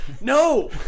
No